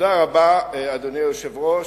תודה רבה, אדוני היושב-ראש.